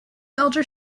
elder